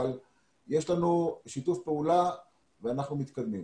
אבל יש לנו שיתוף פעולה ואנחנו מתקדמים.